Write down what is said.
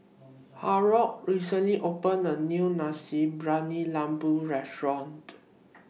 Harold recently opened A New Nasi Briyani Lembu Restaurant